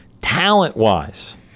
Talent-wise